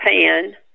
pan